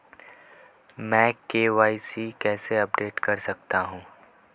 मैं के.वाई.सी कैसे अपडेट कर सकता हूं?